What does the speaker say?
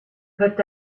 peut